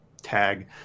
tag